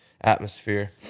atmosphere